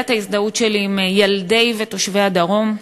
את ההזדהות שלי עם ילדי ותושבי הדרום,